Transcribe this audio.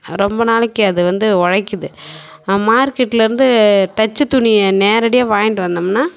ரொம்ப நாளைக்கு அது வந்து உழைக்கிது மார்க்கெட்டில் இருந்து தைச்ச துணியை நேரடியாக வாய்ன்ட்டு வந்தோம்னா